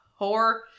whore